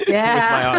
yeah.